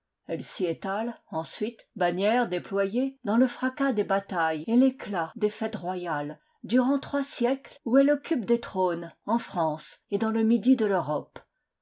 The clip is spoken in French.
elle s'y étale ensuite bannière déployée dans le fracas des batailles et l'éclat des fêtes royales durant trois siècles où elle occupe des trônes en france et dans le midi de l'europe